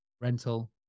rental